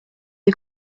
est